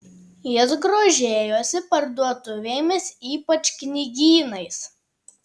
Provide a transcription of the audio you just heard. jis grožėjosi parduotuvėmis ypač knygynais